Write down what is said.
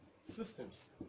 systems